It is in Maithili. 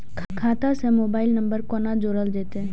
खाता से मोबाइल नंबर कोना जोरल जेते?